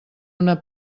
una